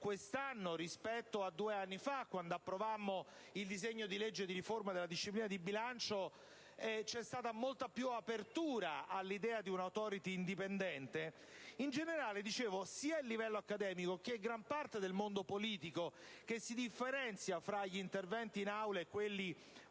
quest'anno, rispetto a due anni fa (quando approvammo il disegno di legge di riforma della disciplina di bilancio), c'è stata molta più apertura all'idea di un'*authority* indipendente, ma anche in generale, sia a livello accademico che in gran parte del mondo politico (che si differenzia fra gli interventi in Aula e quelli